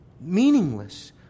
Meaningless